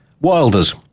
Wilders